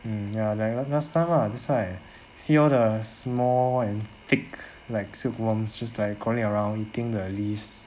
um ya like last time lah that's why see all the small and thick like silk worm just like crawling around eating the leafs